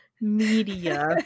media